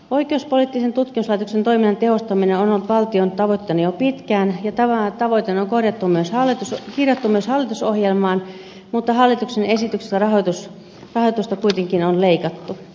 oikeuspoliittisen tutkimuslaitoksen toiminnan tehostaminen on ollut valtion tavoitteena jo pitkään ja tämä tavoite on kirjattu myös hallitusohjelmaan mutta hallituksen esityksissä rahoitusta kuitenkin on leikattu